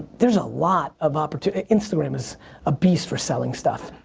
there's a lot of ah oppurtunity. instagram is a beast for selling stuff.